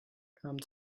come